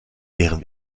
wären